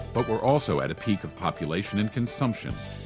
but we're also at a peak of population, and consumption,